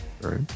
right